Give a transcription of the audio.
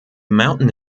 mountain